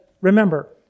remember